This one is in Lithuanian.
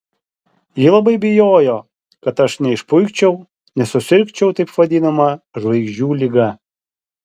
ji labai bijojo kad aš neišpuikčiau nesusirgčiau taip vadinama žvaigždžių liga